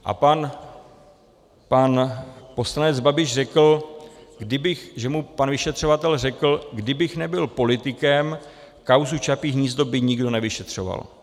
A pan poslanec Babiš řekl, že mu pan vyšetřovatel řekl: kdybyste nebyl politikem, kauzu Čapí hnízdo by nikdo nevyšetřoval.